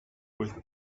with